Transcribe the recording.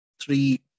three